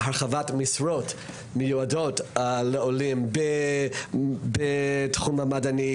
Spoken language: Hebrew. הרחבת משרות המיועדות לעולים בתחום המדעים,